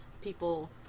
people